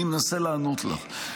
אני מנסה לענות לך.